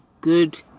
good